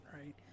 right